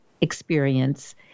experience